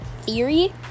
theory